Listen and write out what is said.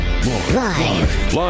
Live